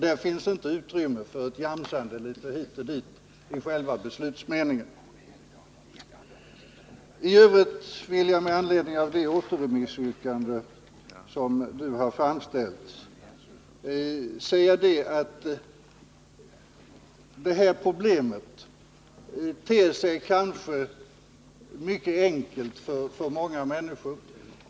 Det finns inte utrymme för något jamsande hit och dit i själva beslutsmeningen. I övrigt vill jag, i anledning av det återremissyrkande som nu har framställts, säga att det här problemet kanske ter sig mycket enkelt för många människor.